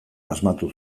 asmatu